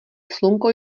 slunko